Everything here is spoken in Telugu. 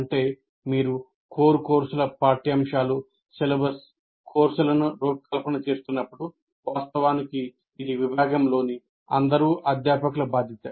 అంటే మీరు కోర్ కోర్సుల పాఠ్యాంశాలు సిలబస్ కోర్సులను రూపకల్పన చేస్తున్నప్పుడు వాస్తవానికి ఇది విభాగంలోని అందరూఅధ్యాపకుల బాధ్యత